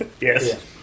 Yes